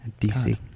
dc